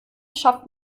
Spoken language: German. schafft